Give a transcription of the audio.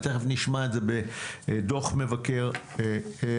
תכף נשמע את זה בדוח מבקר המדינה.